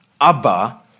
Abba